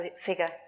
figure